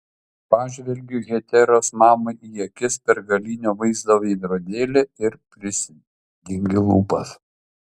pažvelgiu heteros mamai į akis per galinio vaizdo veidrodėlį ir prisidengiu lūpas